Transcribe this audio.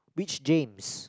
which James